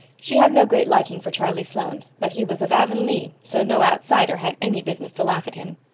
she had no great liking for charlie sloane but he was of avonlea, so no outsider had any business to laugh at him.